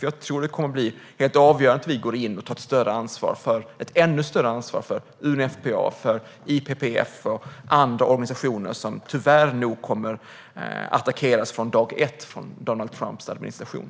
Jag tror att det kommer att bli helt avgörande att vi går in och tar ett ännu större ansvar för UNFPA, IPPF och andra organisationer som nog tyvärr kommer attackeras från dag ett från Donald Trumps administration.